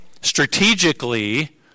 strategically